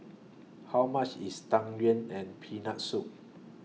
How much IS Tang Yuen and Peanut Soup